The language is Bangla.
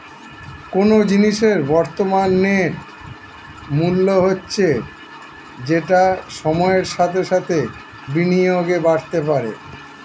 কোনো জিনিসের বর্তমান নেট মূল্য হচ্ছে যেটা সময়ের সাথে সাথে বিনিয়োগে বাড়তে পারে